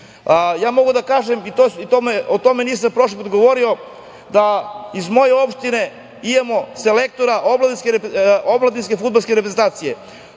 Moram da kažem, a to nisam prošli put rekao, da iz moje opštine imamo selektora omladinske fudbalske reprezentacije,